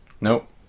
Nope